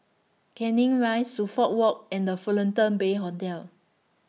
Canning Rise Suffolk Walk and The Fullerton Bay Hotel